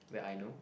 that I know